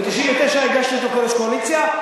ב-1999 הגשתי אותו כראש קואליציה,